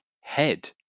head